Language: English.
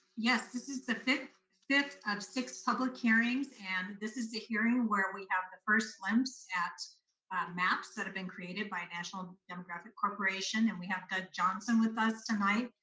yes, this is the fifth fifth of six public hearings, and this is the hearing where we have the first glimpse at maps that have been created by national demographic corporation, and we have doug johnson with us tonight.